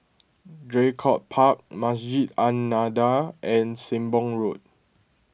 Draycott Park Masjid An Nahdhah and Sembong Road